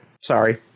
Sorry